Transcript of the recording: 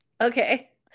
okay